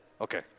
Okay